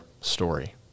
story